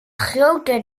groter